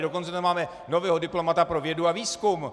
Dokonce tam máme nového diplomata pro vědu a výzkum.